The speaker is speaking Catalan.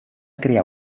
crear